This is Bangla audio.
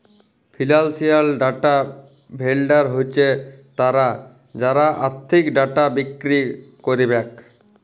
ফিলালসিয়াল ডাটা ভেলডার হছে তারা যারা আথ্থিক ডাটা বিক্কিরি ক্যারবেক